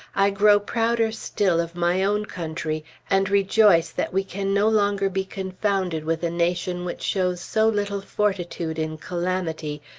i grow prouder still of my own country and rejoice that we can no longer be confounded with a nation which shows so little fortitude in calamity,